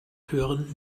hören